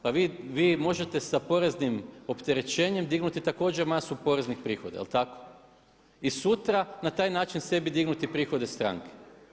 Pa vi možete sa poreznim opterećenjem dignuti također masu poreznih prihoda, jel tako i sutra na taj način sebi dignuti prihode stranke.